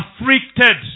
afflicted